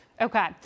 Okay